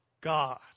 God